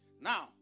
Now